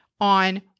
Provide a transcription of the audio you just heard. on